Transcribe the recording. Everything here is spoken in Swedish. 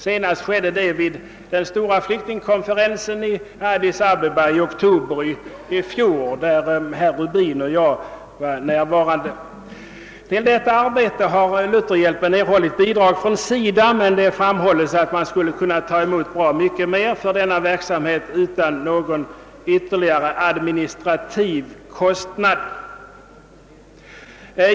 Senast skedde det vid den stora flyktingkonferensen i Addis Abeba i oktober i fjol, där herr Rubin och jag var närvarande. Till detta arbete har Lutherhjälpen erhållit bidrag från SIDA, men det framhålles att man skulle kunna ta emot bra mycket mera för denna verksamhet utan någon ytterligare administrativ kostnad.